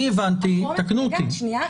אני הבנתי, תקנו אותי --- שנייה.